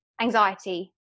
anxiety